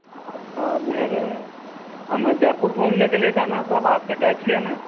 हाँ साहब यह रहे हमें जयपुर घूमने के लिए जाना है साहब आपकी टैक्सी है ना